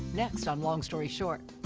next on long story short.